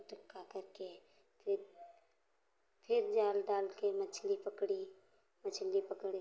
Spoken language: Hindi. अटक्का करके फिर फिर जाल डाल के मछली पकड़ी मछली पकड़ी